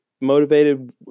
motivated